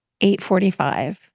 8.45